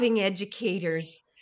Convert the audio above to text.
educators